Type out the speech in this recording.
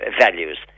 values